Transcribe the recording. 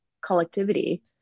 collectivity